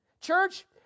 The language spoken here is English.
Church